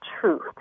truth